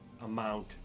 amount